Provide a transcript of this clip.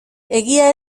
egia